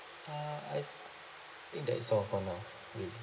uh I think that is all for now really